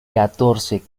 catorce